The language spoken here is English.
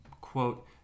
quote